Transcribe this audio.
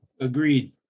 agreed